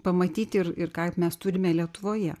pamatyti ir ir kad mes turime lietuvoje